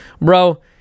bro